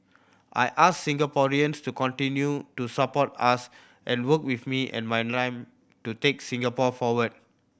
I ask Singaporeans to continue to support us and work with me and my to take Singapore forward